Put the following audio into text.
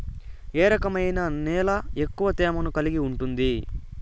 ఏ రకమైన నేల ఎక్కువ తేమను కలిగి ఉంటుంది?